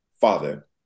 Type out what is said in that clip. father